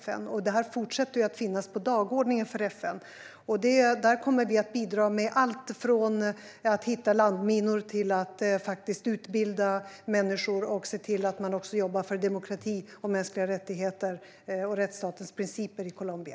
Den här frågan fortsätter att finnas på dagordningen för FN. Där kommer vi att bidra med alltifrån att hitta landminor till att utbilda människor och se till att man jobbar för demokrati, mänskliga rättigheter och rättsstatens principer i Colombia.